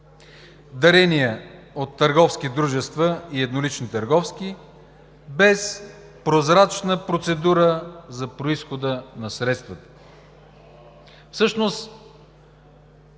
дарения от търговски дружества и еднолични търговци без прозрачна процедура за произхода на средствата.